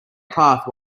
path